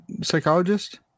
psychologist